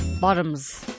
Bottoms